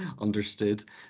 Understood